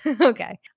Okay